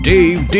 Dave